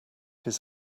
his